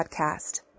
podcast